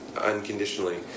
unconditionally